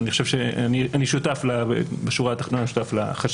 אני חושב שבשורה התחתונה אני שותף לחששות